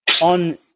on